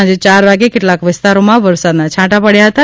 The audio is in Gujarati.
સાંજે ચાર વાગે કેટલાક વિસ્તારોમાં વરસાદના છાંટા પડ્યા હતાં